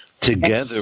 together